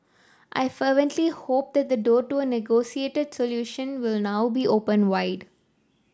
I fervently hope that the door to a negotiated solution will now be opened wide